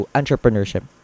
entrepreneurship